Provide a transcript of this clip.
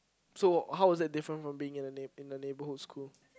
so how was that different from being in the neigh~ in the neighborhood school